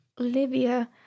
Olivia